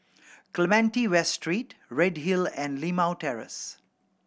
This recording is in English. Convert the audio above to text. Clementi West Street Redhill and Limau Terrace